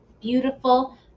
beautiful